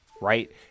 right